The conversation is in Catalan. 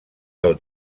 del